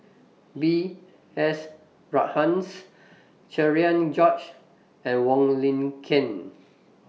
B S Rajhans Cherian George and Wong Lin Ken